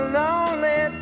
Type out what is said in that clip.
lonely